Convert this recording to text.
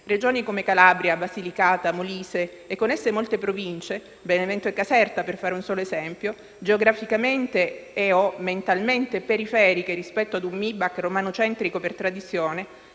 Regioni come Calabria, Basilicata, Molise e con esse molte Province (Benevento e Caserta, per fare degli esempi) geograficamente o mentalmente periferiche rispetto ad un MIBAC romanocentrico per tradizione,